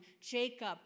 Jacob